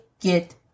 get